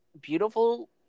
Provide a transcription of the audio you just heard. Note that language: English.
beautiful